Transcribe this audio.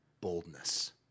boldness